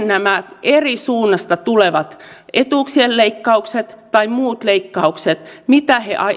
nämä eri suunnista tulevat etuuksien leikkaukset tai muut leikkaukset